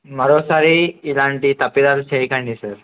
మరోసారి ఇలాంటి తప్పదలు చేయకండి సార్